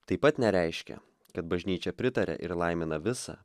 taip pat nereiškia kad bažnyčia pritaria ir laimina visa